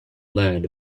learned